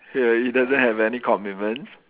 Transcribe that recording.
ya he doesn't have any commitments